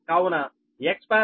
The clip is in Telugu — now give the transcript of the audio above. కావున Xparallel p